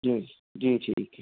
जी ठीक है